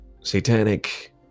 satanic